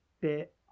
bit